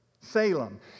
Salem